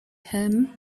him